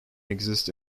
exists